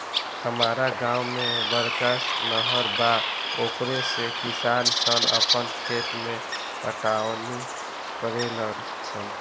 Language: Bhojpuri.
हामरा गांव में बड़का नहर बा ओकरे से किसान सन आपन खेत के पटवनी करेले सन